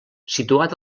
situat